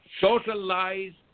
socialized